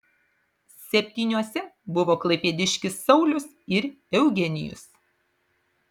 septyniuose buvo klaipėdiškis saulius ir eugenijus